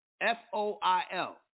F-O-I-L